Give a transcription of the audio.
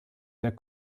der